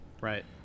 Right